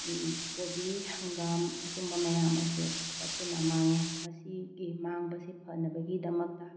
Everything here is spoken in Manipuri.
ꯀꯣꯕꯤ ꯍꯪꯒꯥꯝ ꯑꯁꯨꯝꯕ ꯃꯌꯥꯝ ꯑꯁꯦ ꯄꯠꯇꯨꯅ ꯃꯥꯡꯉꯦ ꯃꯁꯤꯒꯤ ꯃꯥꯡꯕꯁꯤ ꯐꯅꯕꯒꯤꯗꯃꯛꯇ